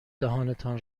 دهانتان